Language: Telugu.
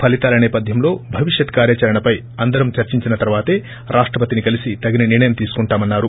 ఫలితాల సేపథ్యంలో భవిష్యత్ కార్యాచరణపై అందరం చర్చించిన తర్వాతే రాష్టపతిని కలిస తగిన నిర్ణయం తీసుకుంటామన్నారు